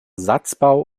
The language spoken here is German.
satzbau